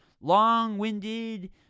long-winded